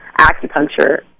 acupuncture